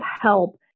help